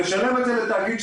תשלם את זה לתאגיד.